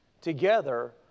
together